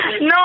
No